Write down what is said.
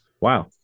Wow